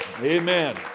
Amen